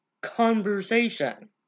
conversation